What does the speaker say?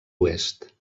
oest